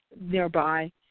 nearby